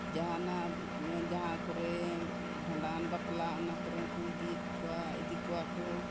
ᱡᱟᱦᱟᱱᱟᱜ ᱡᱟᱦᱟᱸ ᱠᱚᱨᱮ ᱵᱷᱟᱸᱰᱟᱱ ᱵᱟᱯᱞᱟ ᱚᱱᱟ ᱠᱚᱨᱮ ᱦᱚᱸᱠᱚ ᱤᱫᱤᱭᱮᱫ ᱠᱚᱣᱟ ᱤᱫᱤ ᱠᱚᱣᱟ ᱠᱚ